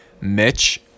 Mitch